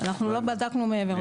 אנחנו לא בדקנו מעבר לזה.